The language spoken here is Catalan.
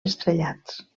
estrellats